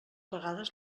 vegades